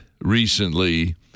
recently